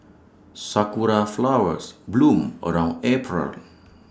Sakura Flowers bloom around April